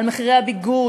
על מחירי הביגוד,